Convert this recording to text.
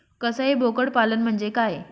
कसाई बोकड पालन म्हणजे काय?